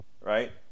Right